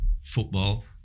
football